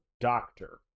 doctor